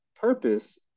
purpose